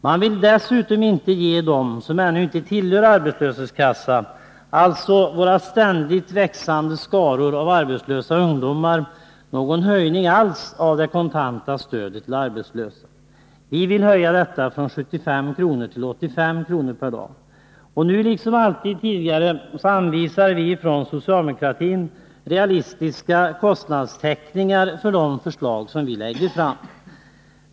Dessutom vill man inte ge dem som ännu inte tillhör arbetslöshetskassan, dvs. våra ständigt växande skaror arbetslösa ungdomar, någon höjning alls av det kontanta arbetslöshetsstödet. Vi vill höja detta stöd från 75 kr. per dag till 85 kr. per dag. Nu liksom alltid tidigare anvisar socialdemokraterna realistiska kostnadstäckningar för de förslag som läggs fram.